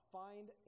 find